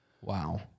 Wow